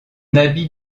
habit